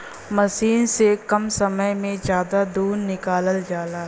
मसीन से कम समय में जादा दूध निकालल जाला